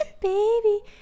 baby